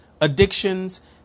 addictions